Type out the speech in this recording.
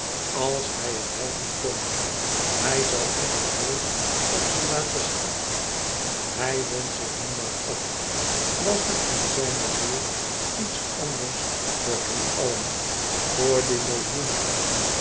als hij het helpen kon hij zoû immers nooit op ze laten schieten hij wond zich nu maar op was er in zijne ziel iets anders voor hen allen voor die millioenen